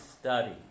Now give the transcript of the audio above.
study